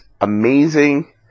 amazing